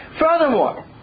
Furthermore